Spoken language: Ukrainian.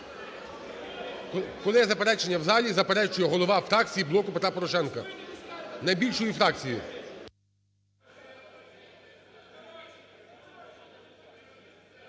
Коли є заперечення в залі, заперечує голова фракції "Блоку Петра Порошенка", найбільшої фракції.